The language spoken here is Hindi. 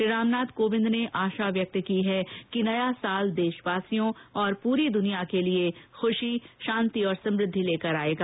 श्री रामनाथ कोविंद ने आशा व्यक्त की है कि नया वर्ष देशवासियों और पूरी दुनिया के लिए खुशी शांति और समुद्धि लेकर आयेगा